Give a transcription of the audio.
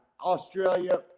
australia